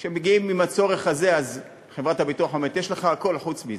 כשמגיעים עם הצורך הזה אז חברת הביטוח אומרת: יש לך הכול חוץ מזה.